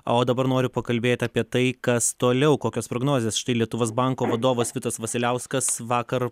o dabar noriu pakalbėti apie tai kas toliau kokios prognozės štai lietuvos banko vadovas vitas vasiliauskas vakar